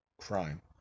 crime